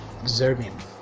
observing